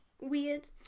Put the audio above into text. weird